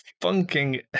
funking